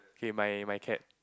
okay my my cat